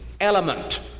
element